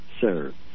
serve